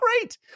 great